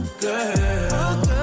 girl